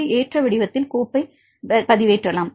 B ஏற்ற வடிவத்தில் கோப்பை பதிவேற்றலாம்